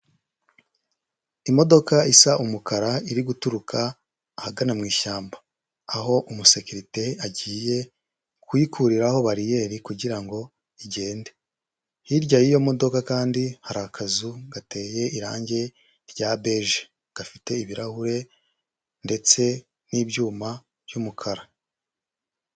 Imodoka isa umukara iri guturuka ahagana mu ishyamba, aho umusekerite agiye kuyikuriraho bariyeri kugira ngo igende, hirya y'iyo modoka kandi hari akazu gateye irangi rya beje gafite ibirahure ndetse n'ibyuma by'umukara.